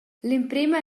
l’emprema